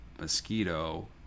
mosquito